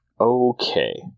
Okay